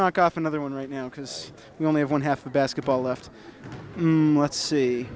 knock off another one right now because we only have one half a basketball left let's see